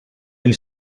elle